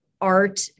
art